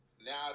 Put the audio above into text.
Now